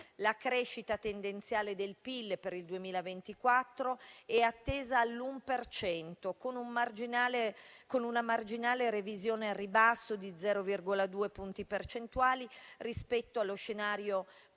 La crescita tendenziale del PIL per il 2024 è attesa all'1 per cento, con una marginale revisione al ribasso di 0,2 punti percentuali rispetto allo scenario programmatico